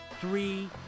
Three